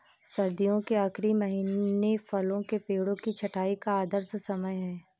सर्दियों के आखिरी महीने फलों के पेड़ों की छंटाई का आदर्श समय है